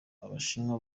abashinwa